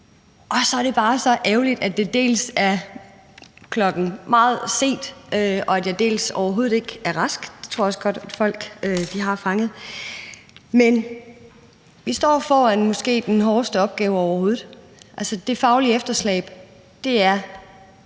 Og så er det bare så ærgerligt, at det dels er meget sent, og at jeg dels overhovedet ikke er rask. Det tror jeg også godt folk har fanget. Men vi står foran den måske hårdeste opgave overhovedet. Det faglige efterslæb er